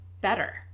better